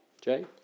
Jay